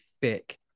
thick